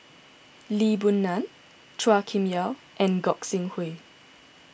Lee Boon Ngan Chua Kim Yeow and Gog Sing Hooi